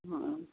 ହଁ